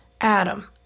Adam